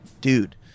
dude